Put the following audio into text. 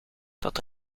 dat